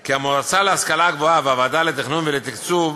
כי המועצה להשכלה גבוהה והוועדה לתכנון ולתקצוב